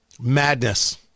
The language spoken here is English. madness